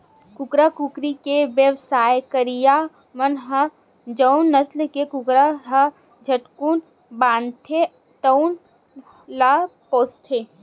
कुकरा, कुकरी के बेवसाय करइया मन ह जउन नसल के कुकरा ह झटकुन बाड़थे तउन ल पोसथे